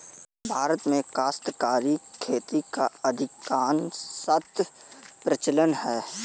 भारत में काश्तकारी खेती का अधिकांशतः प्रचलन है